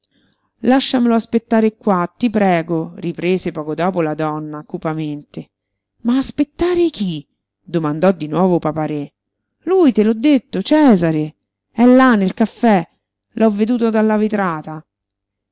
lasciamelo aspettare qua ti prego riprese poco dopo la donna cupamente ma aspettare chi domandò di nuovo papa-re lui te l'ho detto cesare è là nel caffè l'ho veduto dalla vetrata